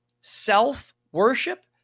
self-worship